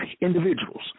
individuals